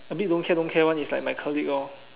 a bit don't care don't care [one] is like my colleague lor